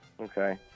Okay